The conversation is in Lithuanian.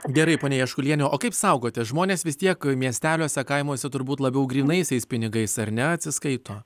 gerai pone jaškuliene o kaip saugotės žmones vis tiek miesteliuose kaimuose turbūt labiau grynaisiais pinigais ar ne atsiskaito